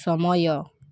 ସମୟ